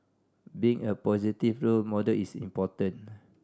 being a positive role model is important